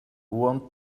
want